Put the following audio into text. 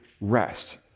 rest